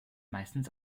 meistens